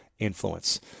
Influence